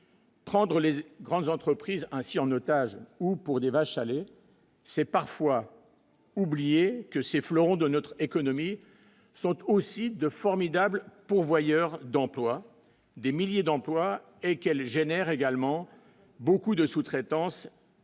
Prendre les autres grandes entreprises ainsi en otage ou pour des vaches à lait, c'est parfois oublier que ces fleurons de notre économie sont aussi de formidables pourvoyeurs d'emplois, des milliers d'emplois et qu'elle génère également beaucoup de sous-traitance.